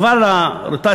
חבל על הרוטציה,